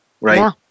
right